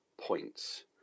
points